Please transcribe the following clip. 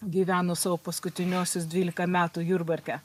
gyveno savo paskutiniuosius dvylika metų jurbarke